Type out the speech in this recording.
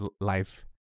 life